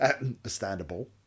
understandable